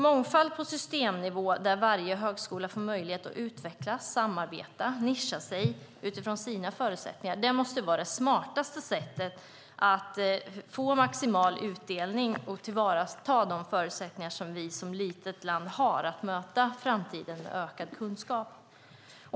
Mångfald på systemnivå där varje högskola får möjlighet att utvecklas, samarbeta och nischa sig utifrån sina förutsättningar måste vara det smartaste sättet att få maximal utdelning och tillvarata de förutsättningar som vi som litet land har att möta framtiden med ökad kunskap.